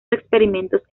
experimentos